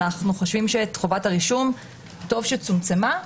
אנו חושבים שאת חובת הרישום טוב שצומצמה.